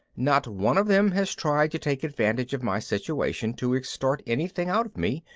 not one of them has tried to take advantage of my situation to extort anything out of me,